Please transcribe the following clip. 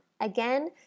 Again